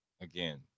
Again